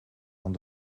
aan